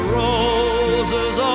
roses